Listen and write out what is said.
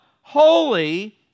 Holy